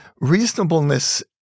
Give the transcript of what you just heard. Reasonableness